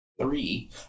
Three